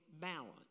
balance